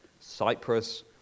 Cyprus